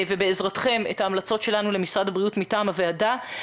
ובעזרתכם נגיש את ההמלצות לנו למשרד הבריאות מטעם הוועדה.